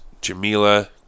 Jamila